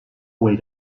way